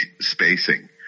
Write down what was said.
spacing